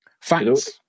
Facts